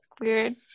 weird